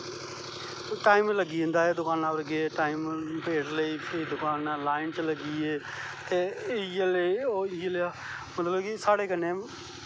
time ते लग्गी जंदा ऐ दकानां पर गे ते टाईम फ्ही लाईन च लग्गी गे ते इयै जेही मतलव कि साढ़े कन्नैं